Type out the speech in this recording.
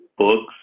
books